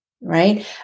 right